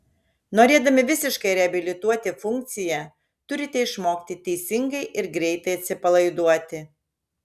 norėdami visiškai reabilituoti funkciją turite išmokti teisingai ir greitai atsipalaiduoti